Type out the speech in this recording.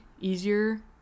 easier